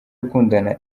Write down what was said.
ukundana